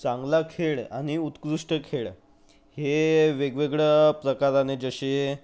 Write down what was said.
चांगला खेळ आणि उत्कृष्ट खेळ हे वेगवेगळं प्रकाराने जसे